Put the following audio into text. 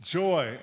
joy